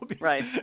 Right